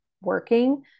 working